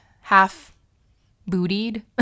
half-bootied